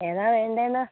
ഏതാണ് വേണ്ടത് എന്ന്